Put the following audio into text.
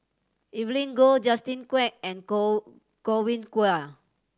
Evelyn Goh Justin Quek and God Godwin Koay